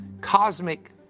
cosmic